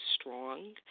strong